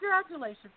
congratulations